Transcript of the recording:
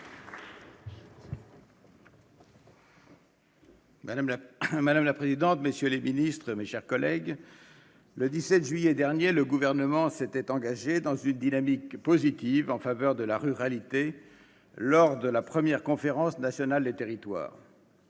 monsieur le ministre, monsieur le secrétaire d'État, mes chers collègues, le 17 juillet dernier, le Gouvernement s'est engagé dans une dynamique positive en faveur de la ruralité lors de la première Conférence nationale des territoires.